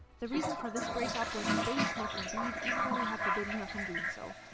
the reason for this break up was billie smoking weed even though they had forbidden her from doing so.